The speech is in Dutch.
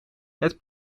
het